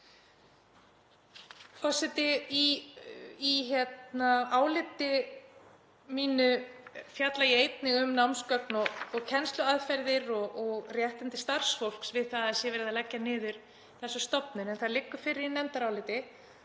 Forseti. Í áliti mínu fjalla ég einnig um námsgögn og kennsluaðferðir og réttindi starfsfólks við það að verið sé að leggja niður þessa stofnun. Það liggur fyrir í nefndaráliti